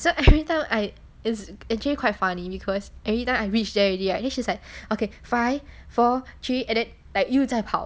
so everytime I is actually quite funny because every time I reach there already right then she's like okay five four three and then like 又在跑